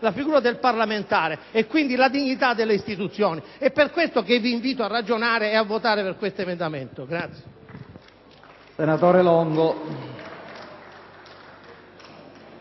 la figura del parlamentare e quindi la dignità delle istituzioni? Per questo vi invito a ragionare e a votare a favore di questo emendamento.